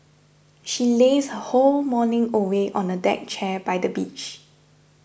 she lazed her whole morning away on a deck chair by the beach